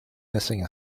missing